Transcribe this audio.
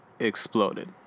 exploded